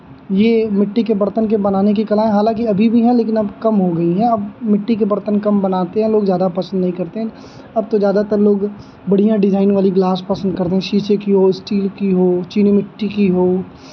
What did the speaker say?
ये मिट्टी के बर्तन के बनाने की कला हैं हालांकि अभी भी हैं लेकिन अब कम हो गई हैं अब मिट्टी के बर्तन कम बनाते हैं लोग ज़्यादा पसंद नहीं करते हैं अब तो ज़्यादातर लोग बढ़ियाँ डिज़ाइन वाली गिलास पसंद करते हैं शीशे की हो स्टील की हो चीनी मिट्टी की हो